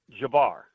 Jabbar